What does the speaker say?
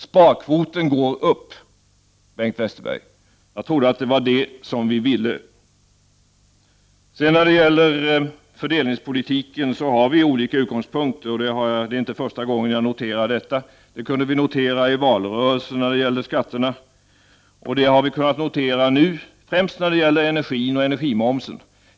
Sparkvoten går upp, Bengt Westerberg. Jag trodde att det var det som vi ville. När det gäller fördelningspolitiken har vi olika utgångspunkter. Det är inte första gången jag noterar detta. Det kunde vi notera i valrörelsen när det gällde skatterna, och det har vi alltså kunnat notera nu, främst när det gäller energin och energimomsen.